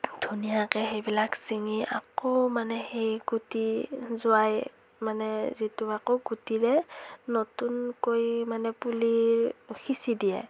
ধুনীয়াকৈ সেইবিলাক চিঙি আকৌ মানে সেই গুটি যোৱাই মানে যিটো আকৌ গুটিৰে নতুনকৈ মানে পুলি সিঁচি দিয়ে